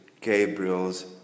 Gabriel's